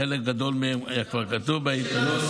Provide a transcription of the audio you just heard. חלק גדול מהם היה כבר כתוב בעיתונות.